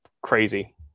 crazy